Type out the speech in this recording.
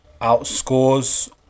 outscores